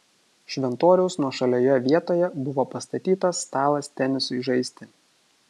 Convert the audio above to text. šventoriaus nuošalioje vietoje buvo pastatytas stalas tenisui žaisti